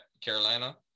Carolina